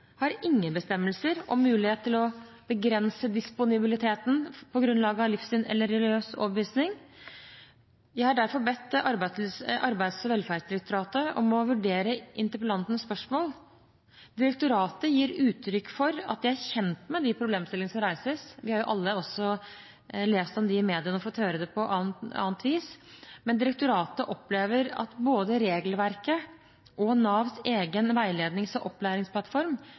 har ingen bestemmelser om mulighet til å begrense disponibiliteten på grunnlag av livssyn eller religiøs overbevisning. Jeg har derfor bedt Arbeids- og velferdsdirektoratet om å vurdere interpellantens spørsmål. Direktoratet gir uttrykk for at de er kjent med de problemstillinger som reises – vi har jo alle også lest om dem i mediene og fått høre det på annet vis – men direktoratet opplever at både regelverket og Navs egen veilednings- og opplæringsplattform